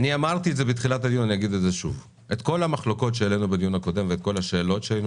אמרתי בתחילת הדיון ואגיד שוב: כל המחלוקות והשאלות שהעלינו